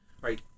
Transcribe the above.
right